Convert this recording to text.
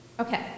Okay